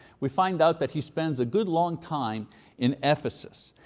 we find out that he spends a good long time in ephesus.